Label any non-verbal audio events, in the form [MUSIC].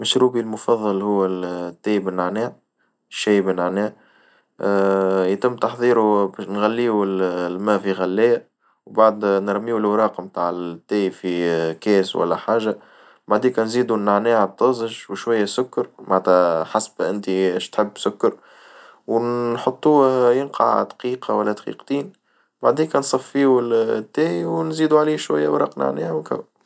مشروبي المفظل هو التي بالنعناع، شاي بالنعناع [HESITATION] يتم تحضيره باش نغليو الماء في غلاية، وبعد [HESITATION] نرميو الوراق متاع التي في [HESITATION] كاس ولا حاجة، بعديكا نزيدو النعناع الطازج وشوية السكر معنتها حسب إنتي إيش تحب السكر ونحطوه ينقع دقيقة ولا دقيقتين، بعديكا نصفيه التي ونزيدو عليه شوية ورق نعناع وهكا.